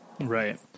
right